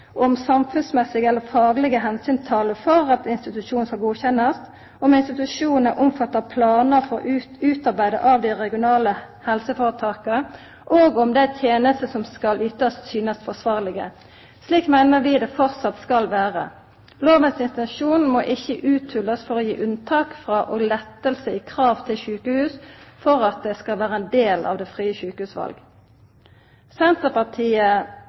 om samfunnsmessige eller faglege omsyn taler for at institusjonen skal godkjennast, om institusjonen er omfatta av planar utarbeidde av det regionale helseføretaket, og om dei tenestene som skal ytast, synest forsvarlege. Slik meiner vi det framleis skal vera. Lovens intensjonar må ikkje uthulast ved å gi unntak frå og lettar i krav til sjukehus for at det skal vera ein del av det frie sjukehusvalet. Senterpartiet